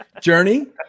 Journey